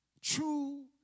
true